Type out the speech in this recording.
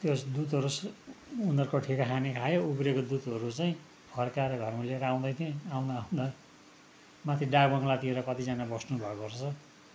त्यस दुधहरू उनीहरूको ठिका खाने खायो उब्रिएको दुधहरू चाहिँ फर्काएर घरमा लिएर आउँदै थिएँ आउँदा आउँदा माथि डाक बङ्लातिर कतिजना बस्नु भएको रहेछ